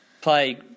play